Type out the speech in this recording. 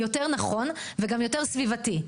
יותר נכון וגם יותר סביבתי.